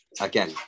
Again